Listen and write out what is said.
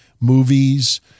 movies